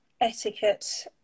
etiquette